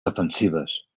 defensives